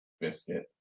Biscuit